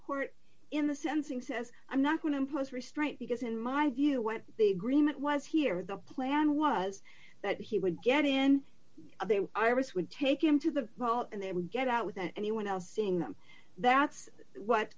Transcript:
court in the sensing says i'm not going to impose restraint because in my view what the agreement was here the plan was that he would get in there iris would take him to the vault and they would get out without anyone else seeing them that's what